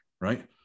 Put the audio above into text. Right